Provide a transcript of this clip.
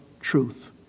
truth